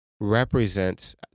represents